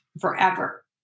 forever